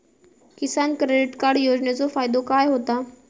किसान credit card योजनेचो फायदो काय होता?